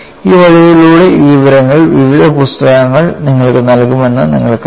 ഈ വഴികളിലൂടെ ഈ വിവരങ്ങൾ വിവിധ പുസ്തകങ്ങൾ നിങ്ങൾക്ക് നൽകുമെന്ന് നിങ്ങൾക്കറിയാം